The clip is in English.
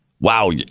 Wow